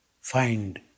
find